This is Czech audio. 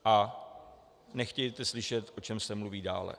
A nechtějte slyšet, o čem se mluví dále.